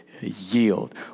yield